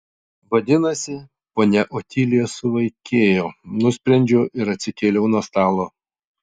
vadinasi ponia otilija suvaikėjo nusprendžiau ir atsikėliau nuo stalo